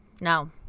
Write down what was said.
No